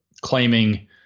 claiming